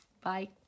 Bye